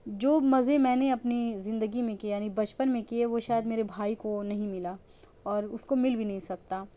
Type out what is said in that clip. جو مزے میں نے اپنی زندگی میں کیے یعنی بچپن میں کیے وہ شاید میرے بھائی کو نہیں ملا اور اُس کو مل بھی نہیں سکتا